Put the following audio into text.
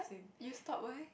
you stop where